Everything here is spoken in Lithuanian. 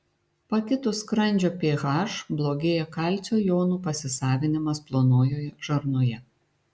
pakitus skrandžio ph blogėja kalcio jonų pasisavinimas plonojoje žarnoje